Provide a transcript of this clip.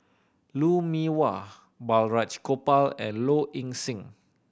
Lou Mee Wah Balraj Gopal and Low Ing Sing